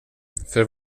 för